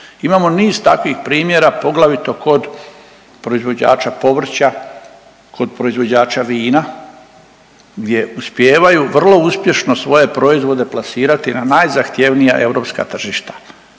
Imamo niz takvih primjera, poglavito kod proizvođača povrća, kod proizvođača vina gdje uspijevaju vrlo uspješno svoje proizvode plasirati na najzahtjevnija europska tržišta.